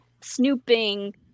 snooping